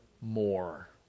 more